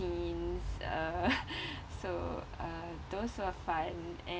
means uh so uh those were fun and